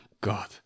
god